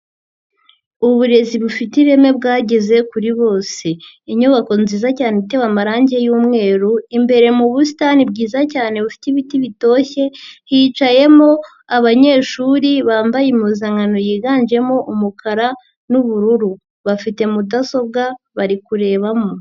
Uburezi bufite ireme bwageze kuri bose, inyubako nziza cyane itewe amarangi y'umweru, imbere mu busitani bwiza cyane bufite ibiti bitoshye, hicayemo abanyeshuri bambaye impuzankano yiganjemo umukara n'ubururu, bafite mudasobwa bari kurebamo.